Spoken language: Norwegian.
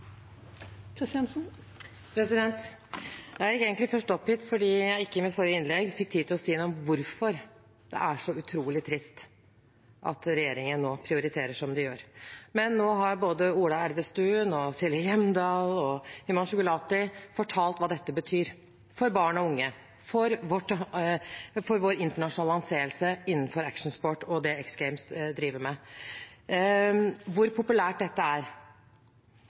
Jeg var først oppgitt fordi jeg i mitt forrige innlegg ikke fikk tid til å si noe om hvorfor det er så utrolig trist at regjeringen nå prioriterer som den gjør, men nå har både Ola Elvestuen, Silje Hjemdal og Himanshu Gulati fortalt hva dette betyr for barn og unge og for vår internasjonale anseelse innenfor actionsport og det som X Games driver med, og hvor populært dette er.